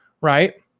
right